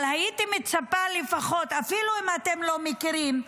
אבל הייתי מצפה לפחות, אפילו אם אתם לא מכירים,